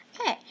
Okay